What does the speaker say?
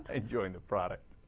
it during the product